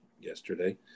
yesterday